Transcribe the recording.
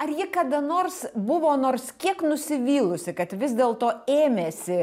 ar ji kada nors buvo nors kiek nusivylusi kad vis dėlto ėmėsi